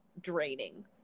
draining